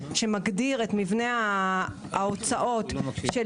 שמגדיר את מבנה ההוצאות של